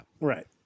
right